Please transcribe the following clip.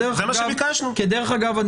דרך אגב,